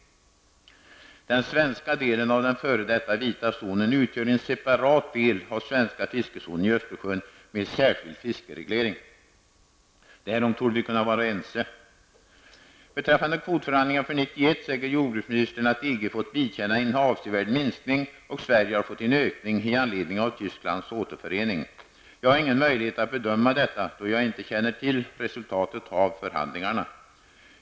Den svenska delen av den f.d. vita zonen utgör en separat del av svenska fiskezonen i Östersjön med särskild fiskereglering. Därom torde vi kunna vara ense. Beträffande kvotförhandlingarna för 1991 säger jordbruksministern att EG fått vidkännas en avsevärd minskning och att Sverige har fått en ökning i anledning av Tysklands återförening. Jag har ingen möjlighet att bedöma detta, då jag inte känner till resultatet av förhandlingarna.